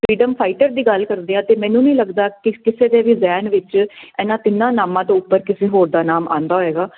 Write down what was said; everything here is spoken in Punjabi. ਫਰੀਡਮ ਫਾਈਟਰ ਦੀ ਗੱਲ ਕਰਦੇ ਆ ਤੇ ਮੈਨੂੰ ਨਹੀਂ ਲੱਗਦਾ ਕਿਸੇ ਦੇ ਵੀ ਜਹਿਨ ਵਿੱਚ ਇਹਨਾਂ ਤਿੰਨਾਂ ਨਾਮਾਂ ਤੋਂ ਉੱਪਰ ਕਿਸੇ ਹੋਰ ਦਾ ਨਾਮ ਆਉਂਦਾ ਹੋਏਗਾ